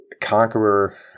conqueror